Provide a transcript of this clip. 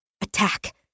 Attack